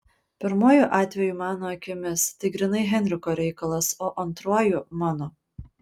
pirmuoju atveju mano akimis tai grynai henriko reikalas o antruoju mano